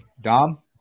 Dom